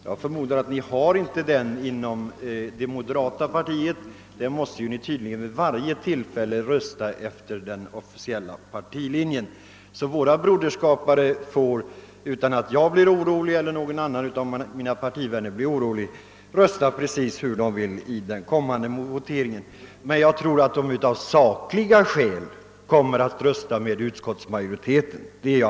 Jag förmodar att ni inte har någon sådan inom moderata samlingspartiet; där måste ni tydligen vid varje tillfälle rösta efter den officiella partilinjen. Våra broderskapare kan alltså utan att jag eller någon av mina partikamrater blir orolig rösta precis hur de vill i den kommande voteringen. Jag är emellertid alldeles övertygad om att de av sakliga skäl kommer att rösta med utskotts majoriteten.